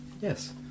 Yes